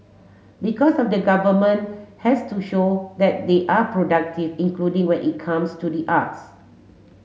because of the government has to show that they are productive including when it comes to the arts